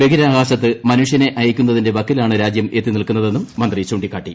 ബഹിരാകാശത്ത് മനുഷ്യനെ അയയ്ക്കുന്നതിന്റെ വക്കിലാണ് രാജ്യം എത്തി നിൽക്കുന്നതെന്നും മന്ത്രി ചൂണ്ടിക്കാട്ടി